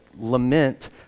lament